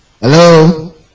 Hello